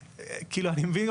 עדיין לא עשינו